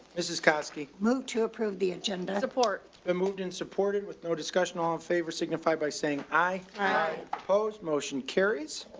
mrs koski moved to approve the agenda support and moved and supported with no discussion. all in favor signify by saying aye. aye. opposed? motion carries.